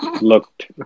looked